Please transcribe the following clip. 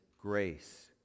grace